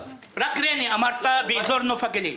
אמרת רק את ריינה באזור נוף הגליל.